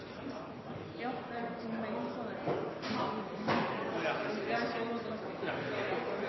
ja, det er sånn som det